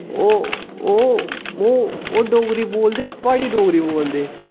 ओह् ओह् ओह् डोगरी बोलदे प्हाड़ी डोगरी बोलदे